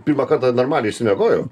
pirmą kartą normaliai išsimiegojom